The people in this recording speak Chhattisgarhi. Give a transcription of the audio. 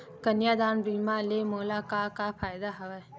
कन्यादान बीमा ले मोला का का फ़ायदा हवय?